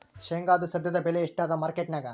ಶೇಂಗಾದು ಸದ್ಯದಬೆಲೆ ಎಷ್ಟಾದಾ ಮಾರಕೆಟನ್ಯಾಗ?